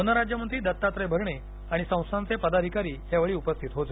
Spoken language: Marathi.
वन राज्यमंत्री दत्तात्रय भरणे आणि संस्थांचे पदाधिकारी यावेळी उपस्थित होते